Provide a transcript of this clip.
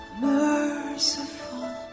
merciful